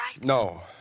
No